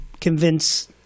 convince –